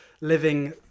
living